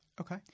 Okay